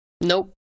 Nope